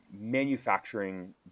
manufacturing